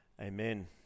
Amen